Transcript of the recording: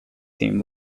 team